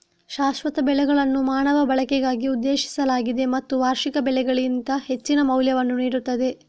ಶಾಶ್ವತ ಬೆಳೆಗಳನ್ನು ಮಾನವ ಬಳಕೆಗಾಗಿ ಉದ್ದೇಶಿಸಲಾಗಿದೆ ಮತ್ತು ವಾರ್ಷಿಕ ಬೆಳೆಗಳಿಗಿಂತ ಹೆಚ್ಚಿನ ಮೌಲ್ಯವನ್ನು ನೀಡುತ್ತದೆ